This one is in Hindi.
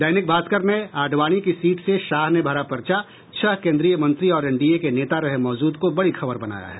दैनिक भास्कर ने आडवाणी की सीट से शाह ने भरा पर्चा छह केंद्रीय मंत्री और एनडीए के नेता रहे मौजूद को बड़ी खबर बनाया है